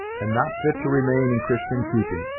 and not fit to remain in christian keeping.